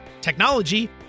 technology